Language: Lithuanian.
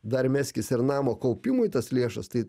dar meskis ir namo kaupimui tas lėšas tai